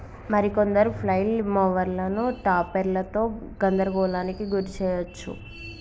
మరి కొందరు ఫ్లైల్ మోవరులను టాపెర్లతో గందరగోళానికి గురి శెయ్యవచ్చు